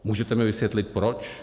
Můžete mi vysvětlit proč?